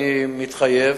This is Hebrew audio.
אני מתחייב,